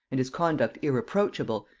and his conduct irreproachable,